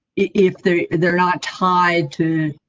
if they're they're not tied to.